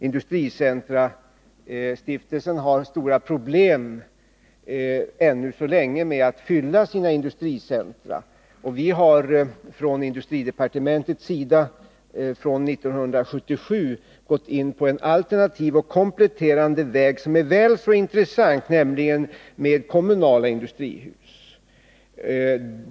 Industricentrastiftelsen har ännu så länge stora problem med att fylla sina industricentra, och från industridepartementets sida har vi från 1977 slagit in på en alternativ och kompletterande väg som är väl så intressant. Jag avser då de kommunala industrihusen.